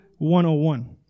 101